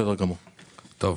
בסדר גמור, טוב.